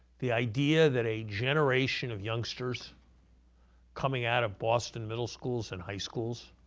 the idea that a generation of youngsters coming out of boston middle schools and high schools